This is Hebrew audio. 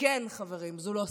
וכן, חברים, זו לא סיסמה,